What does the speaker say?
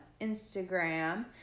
Instagram